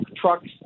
trucks